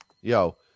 yo